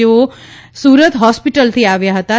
જેઓ સુરત હોસ્પીટલથી આવ્યા હતાં